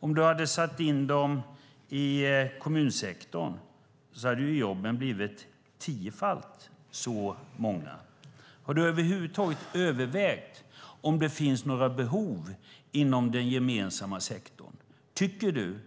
Om du hade satt in dem i kommunsektorn hade jobben blivit tiofalt så många. Har du över huvud taget övervägt om det finns några behov inom den gemensamma sektorn? Tycker du